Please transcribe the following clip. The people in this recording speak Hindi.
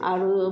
और वह